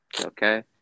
Okay